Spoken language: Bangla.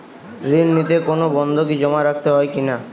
ঋণ নিতে কোনো বন্ধকি জমা রাখতে হয় কিনা?